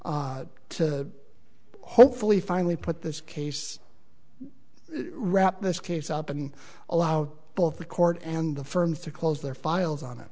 seventeen to hopefully finally put this case wrap this case up and allow both the court and the firms to close their files on it